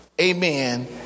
Amen